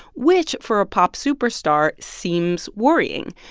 which, for a pop superstar, seems worrying.